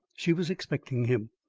she was expecting him.